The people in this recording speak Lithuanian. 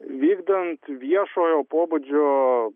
vykdant viešojo pobūdžio